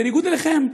בניגוד לכם,